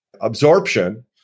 absorption